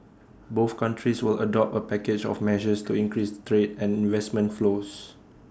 both countries will adopt A package of measures to increase trade and investment flows